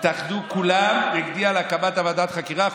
התאחדו כולם נגדי על הקמת ועדת החקירה.